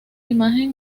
imagen